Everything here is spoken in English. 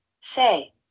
say